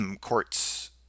courts